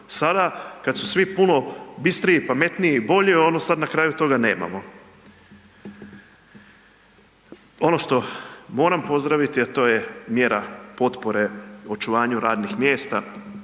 sada kad su svi puno bistriji, pametniji i bolji sada na kraju toga nemamo. Ono što moram pozdraviti, a to je mjera potpore očuvanju radnih mjesta.